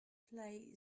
play